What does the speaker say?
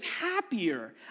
happier